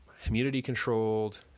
humidity-controlled